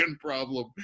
problem